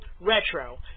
Retro